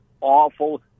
awful